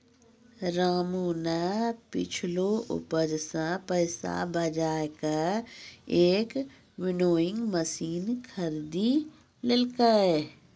रामू नॅ पिछलो उपज सॅ पैसा बजाय कॅ एक विनोइंग मशीन खरीदी लेलकै